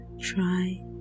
try